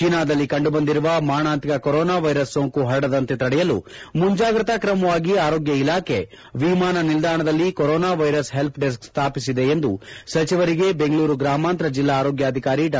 ಚೀನಾದಲ್ಲಿ ಕಂಡುಬಂದಿರುವ ಮಾರಣಾಂತಿಕ ಕರೋನಾ ವೈರಸ್ ಸೋಂಕು ಪರಡದಂತೆ ತಡೆಯಲು ಮುಂಜಾಗ್ರತಾ ಕ್ರಮವಾಗಿ ಆರೋಗ್ಯ ಇಲಾಖೆ ವಿಮಾನ ನಿಲ್ದಾಣದಲ್ಲಿ ಕರೋನಾ ವೈರಸ್ ಹೆಲ್ಪಡೆಸ್ಕ್ ಸ್ವಾಪಿಸಿದೆ ಎಂದು ಸಚಿವರಿಗೆ ಬೆಂಗಳೂರು ಗ್ರಾಮಾಂತರ ಜಿಲ್ಲಾ ಆರೋಗ್ಲಾಧಿಕಾರಿ ಡಾ